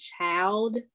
child